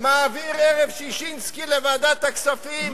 מעביר ערב ששינסקי לוועדת הכספים,